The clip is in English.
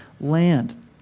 land